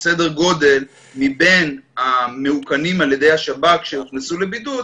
סדר גודל מבין מאוכנים על ידי השב"כ שהוכנסו לבידוד,